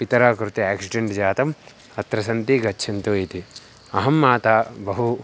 पितरः कृते एक्षिडेण्ट् जातम् अत्र सन्ति गच्छन्तु इति अहं माता बहु